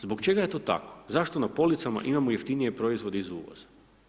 Zbog čega je to tako, zašto na policama imamo jeftinije proizvode iz uvoza?